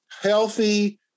healthy